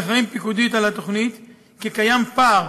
אשר אחראים פיקודית לתוכנית, כי קיים פער